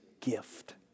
gift